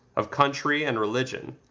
of country and religion,